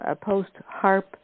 post-HARP